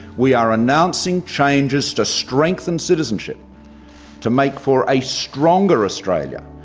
we are announcing changes to strengthen citizenship to make for a stronger australia,